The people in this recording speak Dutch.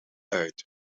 uit